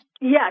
Yes